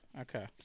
okay